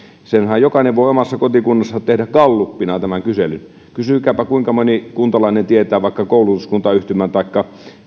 jokainenhan voi omassa kotikunnassaan tehdä gallupina tämän kyselyn kysykääpä kuinka moni kuntalainen kadunmies tietää vaikka koulutuskuntayhtymän taikka